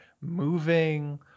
moving